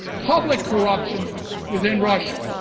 public corruption within russia.